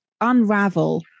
unravel